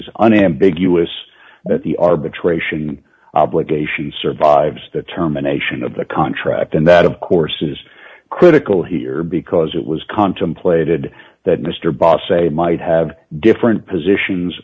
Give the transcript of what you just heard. is unambiguous that the arbitration obligation survives determination of the contract and that of course is critical here d because it was contemplated that mr boss a might have different positions